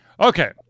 Okay